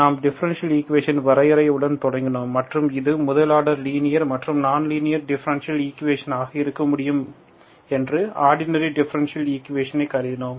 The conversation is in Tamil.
நாம் டிஃபரண்ஷியல் ஈக்குவேஷன்களின் வரையறை உடன் தொடங்கினோம் மற்றும் இது முதல் ஆர்டர் லீனியர் அல்லது நான் லீனியர் டிஃபரண்ஷியல் ஈக்குவேஷன் ஆக இருக்க முடியும் என்று ஆர்டினரி டிஃபரண்ஷியல் ஈக்குவேஷனை கருதியுள்ளோம்